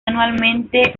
anualmente